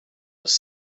was